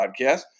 podcast